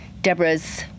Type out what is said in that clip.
Deborah's